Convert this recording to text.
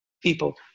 people